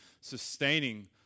sustaining